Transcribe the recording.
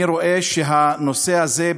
אני רואה שהנושא הזה,